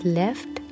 left